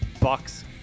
Bucks